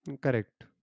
Correct